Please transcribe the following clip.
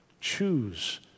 choose